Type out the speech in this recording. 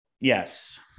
Yes